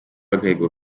agahigo